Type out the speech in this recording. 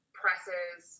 presses